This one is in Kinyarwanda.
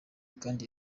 kandi